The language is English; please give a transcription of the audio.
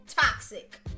toxic